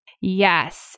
Yes